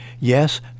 Yes